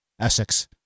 Essex